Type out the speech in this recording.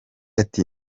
ati